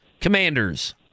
Commanders